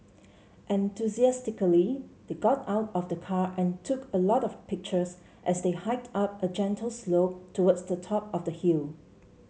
enthusiastically they got out of the car and took a lot of pictures as they hiked up a gentle slope towards the top of the hill